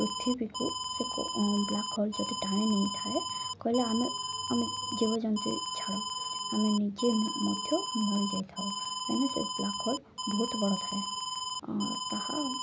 ପୃଥିବୀକୁ ସେ black hole ଯଦି ଟାଣେ ନେଇଥାଏ କହିଲେ ଆମେ ଆମେ ଜୀବଜନ୍ତୁ ଛାଡ଼ ଆମେ ନିଜେ ମଧ୍ୟ ମରିଯାଇଥାଉ କାଇଁକିନା ସେ ବ୍ଲାକ୍ ହୋଲ୍ ବହୁତ ବଡ଼ ଥାଏ ତାହା